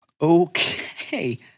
Okay